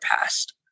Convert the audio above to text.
past